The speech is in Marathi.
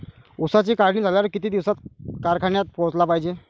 ऊसाची काढणी झाल्यावर किती दिवसात कारखान्यात पोहोचला पायजे?